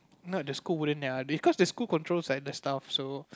not the school wouldn't let us because the school controls like the staff so